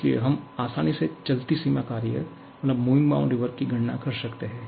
इसलिए हम आसानी से चलती सीमा के कार्य की गणना कर सकते हैं